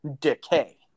decay